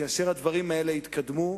שכאשר הדברים האלה יתקדמו,